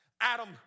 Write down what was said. Adam